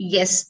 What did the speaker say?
Yes